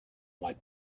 light